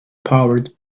powered